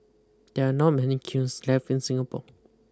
there are not many kilns left in Singapore